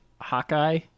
Hawkeye